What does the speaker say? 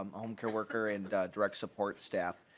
um um co-worker and direct support staff.